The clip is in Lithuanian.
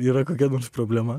yra kokia nors problema